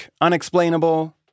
unexplainable